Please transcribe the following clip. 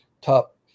top